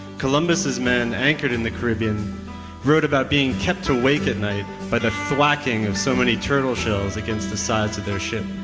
columbus' men anchored in the caribbean wrote about being kept awake at night by the thwacking of so many turtle shells against the sides of their ship.